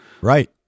Right